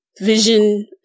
vision